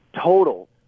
total